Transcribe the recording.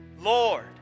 Lord